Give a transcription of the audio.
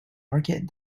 market